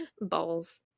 Balls